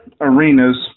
arenas